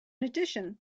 addition